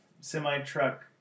semi-truck